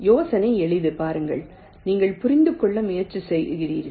யோசனை எளிது பாருங்கள் நீங்கள் புரிந்து கொள்ள முயற்சி செய்கிறீர்கள்